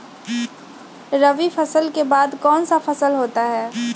रवि फसल के बाद कौन सा फसल होता है?